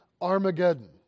Armageddon